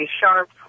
sharp